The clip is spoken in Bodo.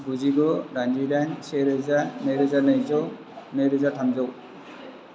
गुजिगु दाइनजि दाइन से रोजा नैरोजा नैजौ नैरोजा थामजौ